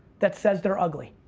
that says they're ugly.